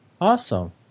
Awesome